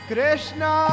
Krishna